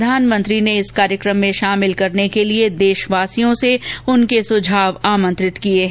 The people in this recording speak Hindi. प्रधानमंत्री ने इस कार्यक्रम में शामिल करने के लिए देशवासियों से उनके सुझाव आमंत्रित किए हैं